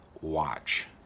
watch